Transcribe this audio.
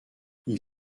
ils